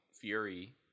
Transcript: Fury